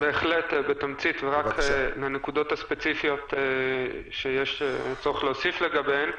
בתמצית ורק לנקודות הספציפיות שיש צורך להוסיף לגביהן.